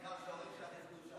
העיקר שאימא שלך הצביעה ש"ס.